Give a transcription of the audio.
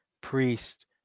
Priest